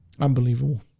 Unbelievable